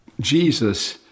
Jesus